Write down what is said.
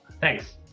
Thanks